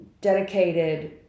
dedicated